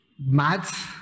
Maths